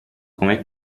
come